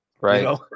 Right